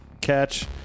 Catch